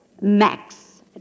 Max